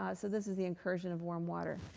ah so this is the incursion of warm water.